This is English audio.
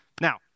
Now